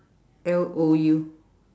L O U